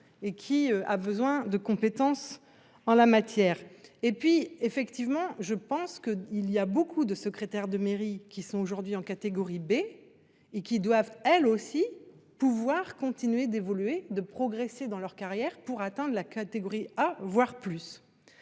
et qui a besoin de compétences en la matière et puis effectivement je pense que il y a beaucoup de secrétaires de mairie qui sont aujourd'hui en catégorie B et qui doivent elles aussi pouvoir continuer d'évoluer de progresser dans leur carrière pour atteindre la catégorie A, voire plus.